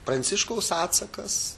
pranciškaus atsakas